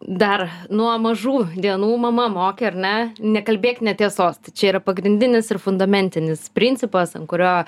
dar nuo mažų dienų mama mokė ar ne nekalbėk netiesos tai čia yra pagrindinis ir fundamentinis principas ant kurio